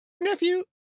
nephew